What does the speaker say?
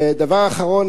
דבר אחרון,